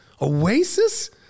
Oasis